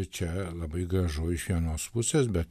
čia labai gražu iš vienos pusės bet